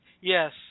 Yes